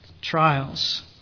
trials